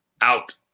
Out